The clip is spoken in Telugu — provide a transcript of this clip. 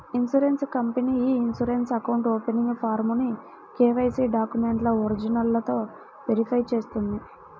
ఇన్సూరెన్స్ కంపెనీ ఇ ఇన్సూరెన్స్ అకౌంట్ ఓపెనింగ్ ఫారమ్ను కేవైసీ డాక్యుమెంట్ల ఒరిజినల్లతో వెరిఫై చేస్తుంది